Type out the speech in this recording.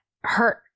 hurt